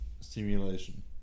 simulation